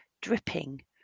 dripping